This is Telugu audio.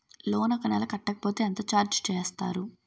లోన్ ఒక నెల కట్టకపోతే ఎంత ఛార్జ్ చేస్తారు?